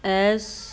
S